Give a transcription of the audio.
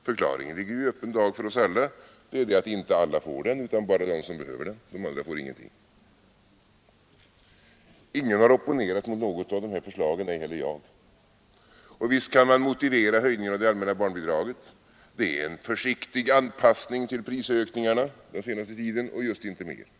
Förklaringen ligger i öppen dag för oss alla, och den är att inte alla får bidraget utan bara de som behöver det. De andra får ingenting. Ingen har opponerat mot något av dessa förslag, ej heller jag, och visst kan man motivera höjningen av det allmänna barnbidraget. Den är en försiktig anpassning till prisökningarna under den senaste tiden och just inte mer.